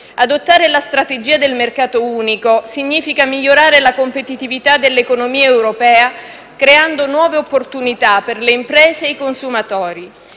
Adottare la strategia del mercato unico significa migliorare la competitività dell'economia europea creando nuove opportunità per le imprese e i consumatori.